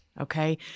Okay